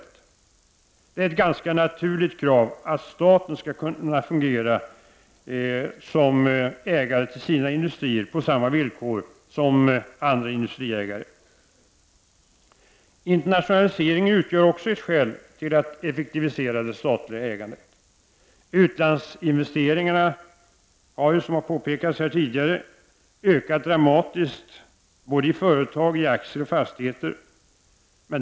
Det är ett ganska naturligt krav att staten skall kunna fungera som ägare till sina industrier på samma villkor som andra industriägare har. Internationaliseringen utgör också ett skäl till att effektivisera det statliga ägandet. Utlandsinvesteringarna har, som har påpekats här tidigare, ökat dramatiskt i företag, aktier och fastigheter.